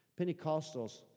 Pentecostals